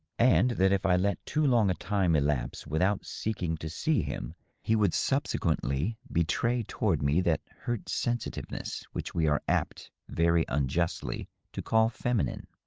and that if i let too long a time elapse without seeking to see him he would subsequently betray toward me that hurt sensitiveness which we are apt very unjustly to call feminine.